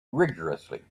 rigourously